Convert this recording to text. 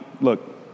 look